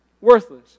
Worthless